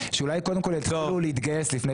שאולי קודם כלל יצליחו להתגייס לפני